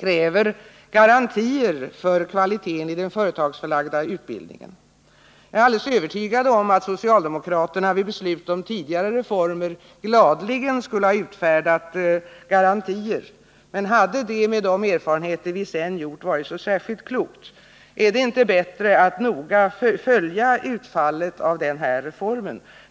kräver garantier för kvaliteten i den företagsförlagda utbildningen. Jag är alldeles övertygad om att socialdemokraterna vid beslut om tidigare reformer gladeligen skulle ha utfärdat garantier. Men hade det, med tanke på de erfarenheter vi sedan gjort, varit särskilt klokt? Är det inte bättre att noga följa utfallet av en reform?